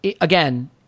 again